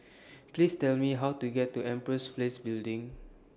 Please Tell Me How to get to Empress Place Building